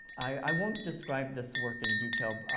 i won't describe this work in detail.